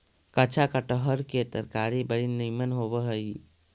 कच्चा कटहर के तरकारी बड़ी निमन होब हई